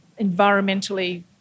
environmentally